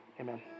Amen